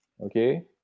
Okay